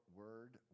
word